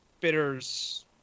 bitters